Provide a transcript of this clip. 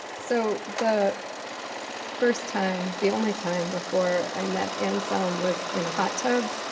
so the first time the only time before i met anselm was in a hot tub.